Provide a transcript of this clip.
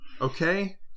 Okay